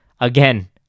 Again